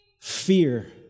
fear